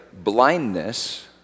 blindness